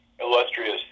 illustrious